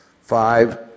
Five